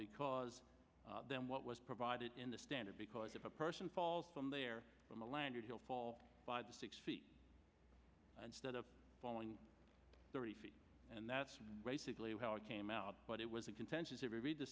because then what was provided in the standard because if a person falls from there on the land or he'll fall by the six feet instead of falling thirty feet and that's basically how it came out but it was a contentious he read the